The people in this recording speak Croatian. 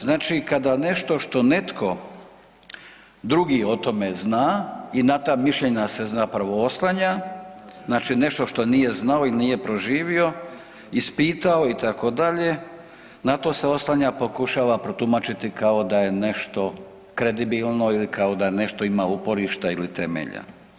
Znači kada nešto što netko drugi o tome zna i na ta mišljenja se zapravo oslanja, znači nešto što nije znao ili nije proživio, ispitao itd., na to se oslanja pokušava protumačiti kao da je nešto kredibilno ili kao da nešto ima uporišta ili temelja.